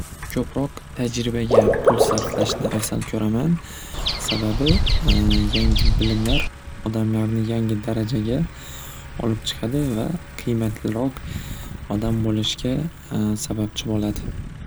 Ko'proq tajribaga pul sarflashni afzal ko'raman sababi yangi bilimlar odamlarni yangi darajaga olib chiqadi va qiymatliroq odam bo'lishga sababchi bo'ladi.